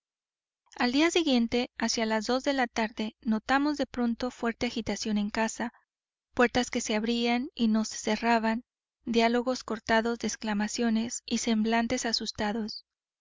al día siguiente hacia las dos de la tarde notamos de pronto fuerte agitación en casa puertas que se abrían y no se cerraban diálogos cortados de exclamaciones y semblantes asustados